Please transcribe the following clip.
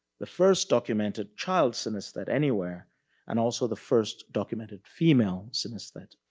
the first documented child synesthete anywhere and also the first documented female synesthete.